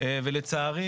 ולצערי